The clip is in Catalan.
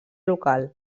local